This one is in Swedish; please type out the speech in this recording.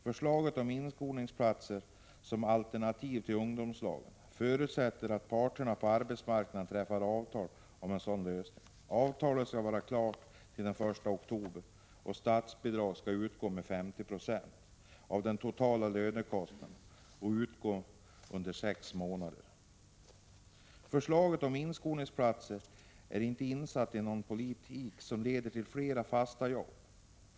Förslaget om inskolningsplatser som alternativ till ungdomslag förutsätter att parterna på arbetsmarknaden träffar avtal om en sådan lösning. Avtalet skall vara klart till den 1 oktober. Statsbidrag skall utgå med högst 50 96 av den totala lönekostnaden och ges under högst sex månader. Förslaget om inskolningsplatser är inte insatt i någon politik som leder till fler fasta jobb.